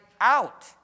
out